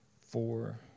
four